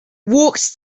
walked